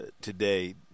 today